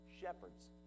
shepherds